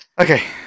Okay